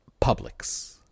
Publix